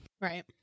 Right